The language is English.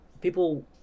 people